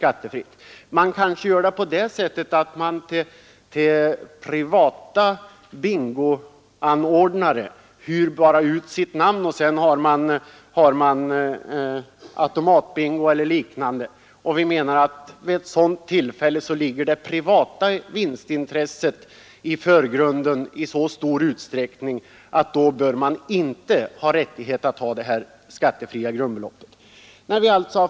Men om föreningen bara hyr ut sitt namn till en privat arrangör som anordnar automatbingo eller liknande, då anser vi att det privata vinstintresset står i förgrunden i så hög grad att det skattefria grundbeloppet inte bör medges.